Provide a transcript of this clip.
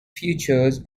features